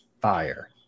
fire